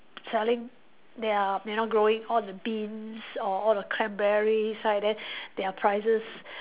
selling their you know growing all the beans or all the cranberries right then their prices